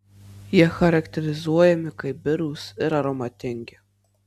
jie charakterizuojami kaip birūs ir aromatingi